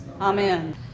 Amen